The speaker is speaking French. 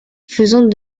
faisant